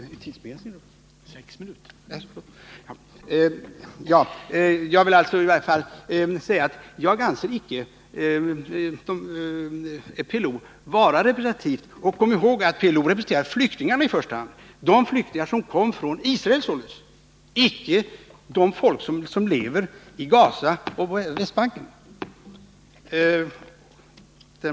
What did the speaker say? Jag vill sluta med att säga att jag inte anser PLO vara representativt. Man skall komma ihåg att PLO i första hand representerar flyktingarna, och det gäller då de flyktingar som kom från Israel, icke dem som lever i Gaza och på Västbanken.